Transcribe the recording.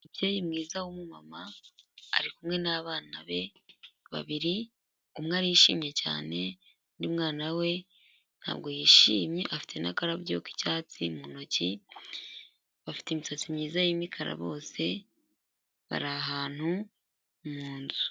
Umubyeyi mwiza w’umu mama ari kumwe n’abana be babiri umwe arishimye cyane undi mwana we ntabwo yishimye afite n'akararabyo k'icyatsi mu ntoki bafite imisatsi myiza y’imikara bose bari ahantu mu nzu.